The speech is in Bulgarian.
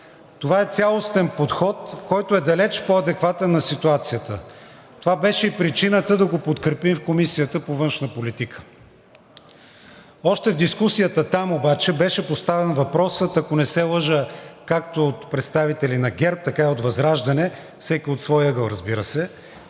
Това е цялостен подход, който е далеч по-адекватен на ситуацията, и това беше и причината да го подкрепим в Комисията по външна политика. Още там на дискусията беше поставен въпросът, ако не се лъжа, както от представители на ГЕРБ, така и от ВЪЗРАЖДАНЕ, разбира се,